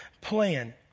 plan